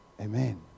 Amen